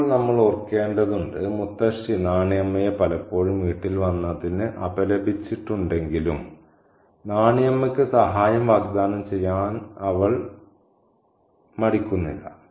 ഇപ്പോൾ നമ്മൾ ഓർക്കേണ്ടതുണ്ട് മുത്തശ്ശി നാണി അമ്മയെ പലപ്പോഴും വീട്ടിൽ വന്നതിന് അപലപിച്ചിട്ടുണ്ടെങ്കിലും നാണി അമ്മയ്ക്ക് സഹായം വാഗ്ദാനം ചെയ്യാൻ അവൾ മടിക്കുന്നില്ല